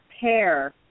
pair